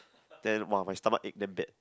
then !wah! my stomachache damn bad